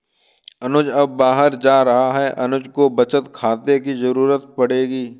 अनुज अब बाहर जा रहा है अनुज को बचत खाते की जरूरत पड़ेगी